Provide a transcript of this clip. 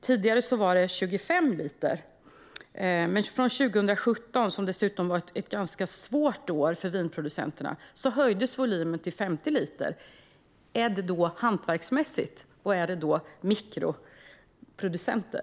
Tidigare var det 25 liter, men från 2017, som dessutom var ett ganska svårt år för vinproducenterna, höjdes volymen till 50 liter. Är det då hantverksmässigt, och handlar det då om mikroproducenter?